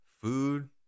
food